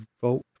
volt